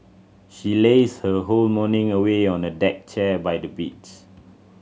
she lazed her whole morning away on a deck chair by the beach